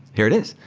here it is.